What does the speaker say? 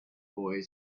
boy